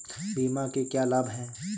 बीमा के क्या लाभ हैं?